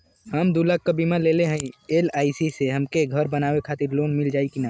हम दूलाख क बीमा लेले हई एल.आई.सी से हमके घर बनवावे खातिर लोन मिल जाई कि ना?